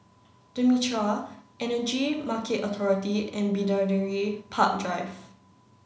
The Mitraa Energy Market Authority and Bidadari Park Drive